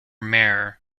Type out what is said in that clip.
mare